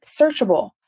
searchable